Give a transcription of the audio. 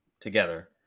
together